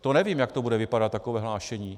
To nevím, jak bude vypadat takové hlášení.